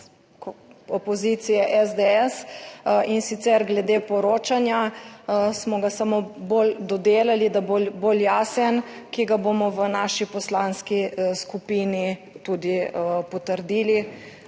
opoziciji SDS, in sicer glede poročanja smo ga samo bolj dodelali, da bo bolj jasen, ki ga bomo v naši poslanski skupini tudi potrdili,